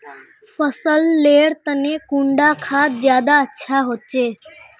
फसल लेर तने कुंडा खाद ज्यादा अच्छा होचे?